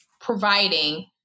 providing